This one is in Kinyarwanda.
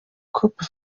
coup